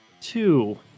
two